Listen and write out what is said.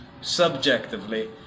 subjectively